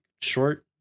short